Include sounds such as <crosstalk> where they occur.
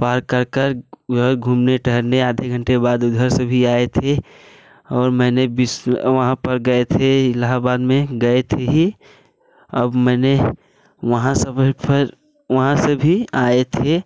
पार कर कर वहाँ घूमने टहलने आधे घंटे बाद उधर से भी आए थे और मैंने विश्व वहाँ गए थे इलाहाबाद में गए थे ही अब मैंने वहाँ से <unintelligible> वहाँ से भी आए थे